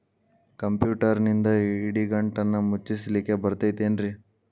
ಕಂಪ್ಯೂಟರ್ನಿಂದ್ ಇಡಿಗಂಟನ್ನ ಮುಚ್ಚಸ್ಲಿಕ್ಕೆ ಬರತೈತೇನ್ರೇ?